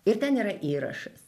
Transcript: ir ten yra įrašas